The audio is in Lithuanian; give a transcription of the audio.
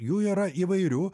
jų yra įvairių